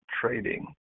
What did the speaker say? trading